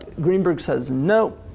greenberg says nope,